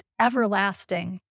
everlasting